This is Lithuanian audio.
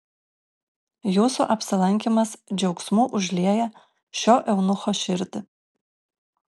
jūsų apsilankymas džiaugsmu užlieja šio eunucho širdį